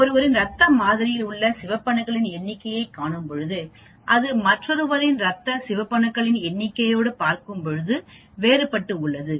நான் ஒருவரின் ரத்த மாதிரியில் உள்ள சிவப்பணுக்களின் எண்ணிக்கையை காணும்பொழுது அது மற்றொருவரின் ரத்த சிவப்பணுக்களின் எண்ணிக்கை யோடு பார்க்கும் பொழுது வேறுபட்டு உள்ளது